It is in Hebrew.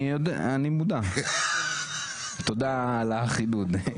אני מודע תודה על החידוד.